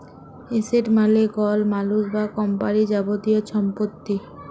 asset মালে কল মালুস বা কম্পালির যাবতীয় ছম্পত্তি